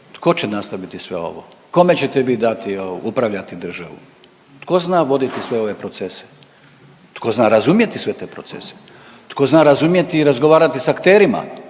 tko će nastaviti sve ovo, kome ćete vi dati upravljati državu? Tko zna voditi sve ove procese? Tko zna razumjeti sve te procese? Tko zna razumjeti i razgovarati s akterima,